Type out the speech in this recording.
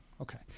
Okay